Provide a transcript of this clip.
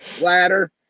ladder